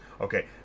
Okay